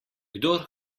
kdor